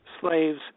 slaves